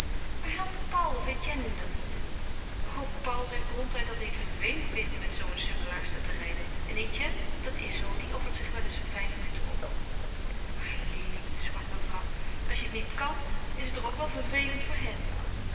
maar helpen paul of etienne u dan niet o paul zegt ronduit dat hij het vervelend vindt met zoo een sukkelaarster te rijden en etienne dat is zoo die offert zich wel eens een vijf minuten op maar lili sprak mevrouw als je het niet kan is het toch ook wel vervelend voor hen